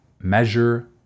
measure